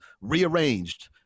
rearranged